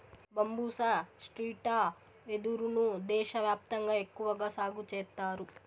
బంబూసా stricta వెదురు ను దేశ వ్యాప్తంగా ఎక్కువగా సాగు చేత్తారు